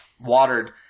watered